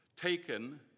taken